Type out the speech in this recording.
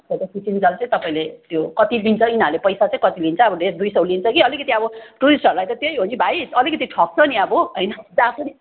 photo खिचिउन्जेल चाहिँ तपाईँले त्यो कति लिन्छ यिनीहरूले पैसा चाहिँ कति लिन्छ अब डेढ दुई सौ लिन्छ कि अलिकति अब टुरिस्टहरूलाई त त्यही हो नि भाइ अलिकति ठग्छ नि अब होइन जहाँ पनि